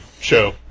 show